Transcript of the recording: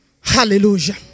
Hallelujah